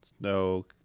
No